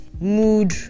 mood